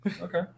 Okay